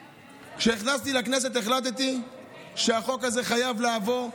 כשנכנסתי לכנסת, החלטתי שהחוק הזה חייב לעבור.